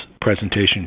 presentation